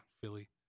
Philly